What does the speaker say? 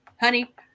Honey